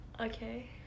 Okay